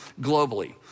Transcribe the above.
globally